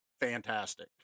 fantastic